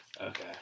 Okay